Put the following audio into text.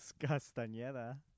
Castañeda